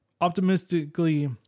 optimistically